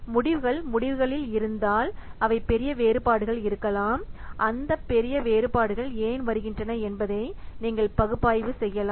முடிவுகள் முடிவுகளில் இருந்தால் அவை பெரிய வேறுபாடுகள் இருக்கலாம் இந்த பெரிய வேறுபாடுகள் ஏன் வருகின்றன என்பதை நீங்கள் பகுப்பாய்வு செய்யலாம்